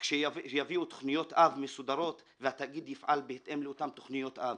כשיביאו תוכניות אב מסודרות והתאגיד יפעל בהתאם לאותן תוכניות אב,